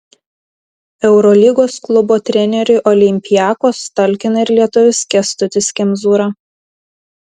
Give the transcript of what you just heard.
eurolygos klubo treneriui olympiakos talkina ir lietuvis kęstutis kemzūra